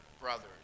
brothers